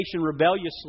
rebelliously